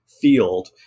field